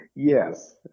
Yes